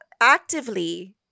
actively